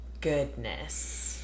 Goodness